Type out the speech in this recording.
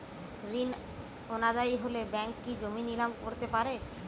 ঋণ অনাদায়ি হলে ব্যাঙ্ক কি জমি নিলাম করতে পারে?